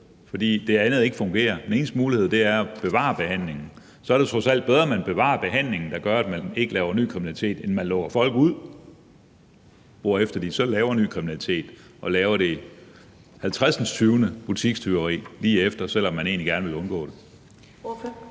fordi det andet ikke fungerer – er at bevare behandlingen, er det trods alt bedre, at man bevarer behandlingen, der gør, at den pågældende ikke laver ny kriminalitet, end at man lukker folk ud, hvorefter de så laver ny kriminalitet og laver det 50. butikstyveri lige efter, selv om man egentlig gerne ville undgå det.